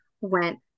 went